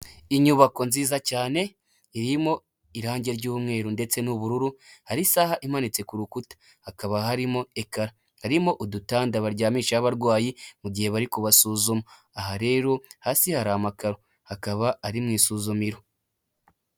Inyubako nziza cyane irimo irangi ry'umweru ndetse n'ubururu, hari isaha imanitse ku rukuta, hakaba harimo ekara, harimo udutanda baryamishaho abarwayi mu gihe bari kubasuzuma, aha rero hasi hari amakaro akaba ari mu isuzumiro.